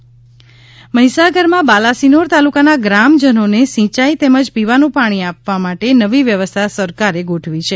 મહીસાગર પીવાનું પાણી મહીસાગરમાં બાલાસિનોર તાલુકાના ગ્રામજનોને સિંચાઈ તેમજ પીવાનું પાણી આપવા માટે નવી વ્યવસ્થા સરકારે ગોઠવી છે